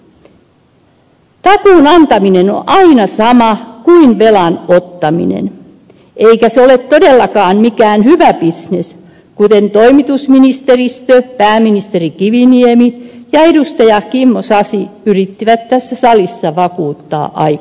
takuun antaminen on aina sama kuin velan ottaminen eikä se ole todellakaan mikään hyvä bisnes kuten toimitusministeristö pääministeri kiviniemi ja edustaja kimmo sasi yrittivät tässä salissa vakuuttaa aikanaan